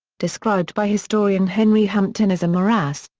described by historian henry hampton as a morass,